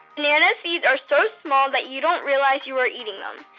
banana seeds are so small that you don't realize you are eating them.